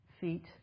feet